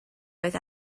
oedd